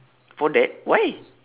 for that why